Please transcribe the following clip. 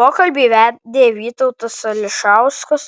pokalbį vedė vytautas ališauskas